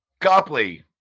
Copley